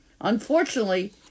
Unfortunately